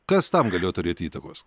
kas tam galėjo turėti įtakos